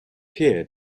here